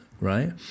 right